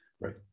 Right